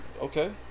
Okay